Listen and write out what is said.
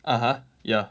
(uh huh) ya